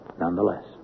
nonetheless